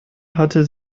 hatte